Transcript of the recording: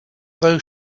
those